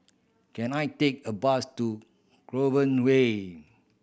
can I take a bus to Clover Way